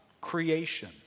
creation